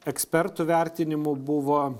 ekspertų vertinimu buvo